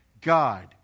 God